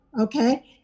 okay